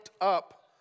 up